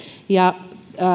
ja